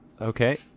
Okay